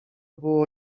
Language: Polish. było